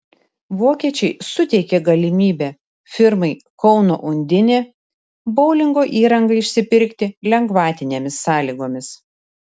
vokiečiai suteikė galimybę firmai kauno undinė boulingo įrangą išsipirkti lengvatinėmis sąlygomis